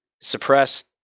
suppressed